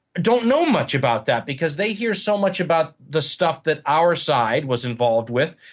don't know much about that because they hear so much about the stuff that our side was involved with.